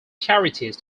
charities